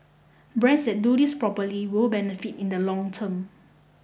brands that do this properly will benefit in the long term